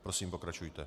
Prosím, pokračujte.